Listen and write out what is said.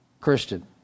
Christian